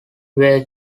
were